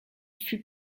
fut